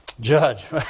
Judge